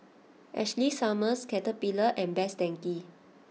Ashley Summers Caterpillar and Best Denki